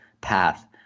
path